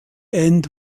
end